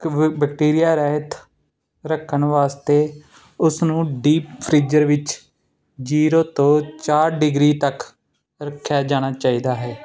bacteria ਰਹਿਤ ਰੱਖਣ ਵਾਸਤੇ ਉਸਨੂੰ ਡੀਪ ਫਰੇਜ਼ਰ ਵਿੱਚ ਜੀਰੋ ਤੋਂ ਚਾਰ ਡਿਗਰੀ ਤੱਕ ਰੱਖਿਆ ਜਾਣਾ ਚਾਹੀਦਾ ਹੈ